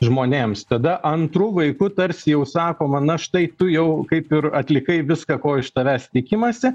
žmonėms tada antru vaiku tarsi jau sakoma na štai tu jau kaip ir atlikai viską ko iš tavęs tikimasi